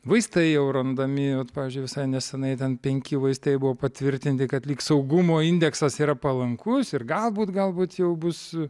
vaistai jau randami pavyzdžiui visai neseniai ten penki vaistai buvo patvirtinti kad lyg saugumo indeksas yra palankus ir galbūt galbūt jau bus